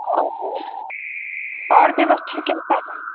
और और व्यवस्था कैसा है